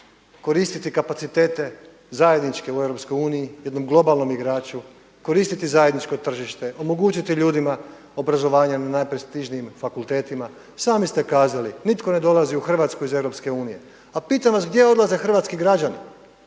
koristiti kapacitete zajedničke u Europskoj uniji jednom globalnom igraču, koristiti zajedničko tržište, omogućiti ljudima obrazovanje na najprestižnijim fakultetima? Sami ste kazali, nitko ne dolazi u Hrvatsku iz Europske unije. A pitam vas gdje odlaze hrvatski građani